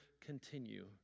continue